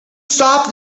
stop